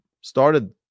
started